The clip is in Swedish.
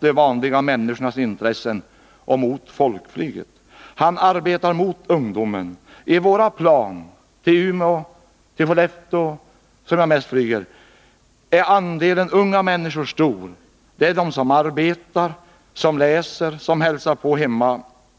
de vanliga människornas intressen och mot folkflyget. Han arbetar mot ungdomen. I flygplanen till Umeå och Skellefteå, som jag mest flyger med, är andelen unga människor stor. Det är de som arbetar, de som läser och de som hälsar på hemma.